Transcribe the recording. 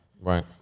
Right